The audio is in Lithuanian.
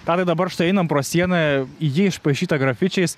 tadai dabar štai einam pro sieną ji išpaišyta grafičiais